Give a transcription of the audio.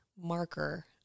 marker